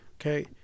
Okay